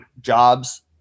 jobs